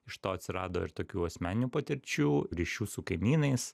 iš to atsirado ir tokių asmeninių patirčių ryšių su kaimynais